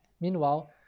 Meanwhile